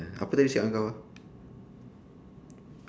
apa dia cakap dengan kau